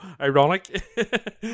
ironic